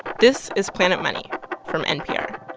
this is planet money from npr.